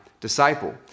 disciple